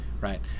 right